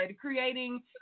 creating